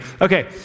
Okay